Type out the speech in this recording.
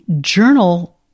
journal